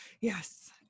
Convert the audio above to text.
Yes